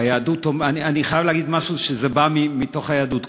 אני חייב להגיד משהו: זה בא מתוך היהדות.